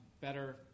Better